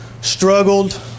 struggled